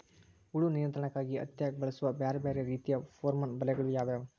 ಹುಳು ನಿಯಂತ್ರಣಕ್ಕಾಗಿ ಹತ್ತ್ಯಾಗ್ ಬಳಸುವ ಬ್ಯಾರೆ ಬ್ಯಾರೆ ರೇತಿಯ ಪೋರ್ಮನ್ ಬಲೆಗಳು ಯಾವ್ಯಾವ್?